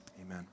Amen